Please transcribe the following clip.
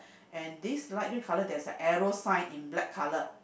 and this light green colour there's a arrow sign in black colour